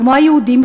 כמו היהודים,